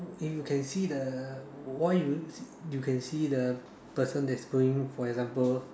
in you can see the why you you can see the person that's going for example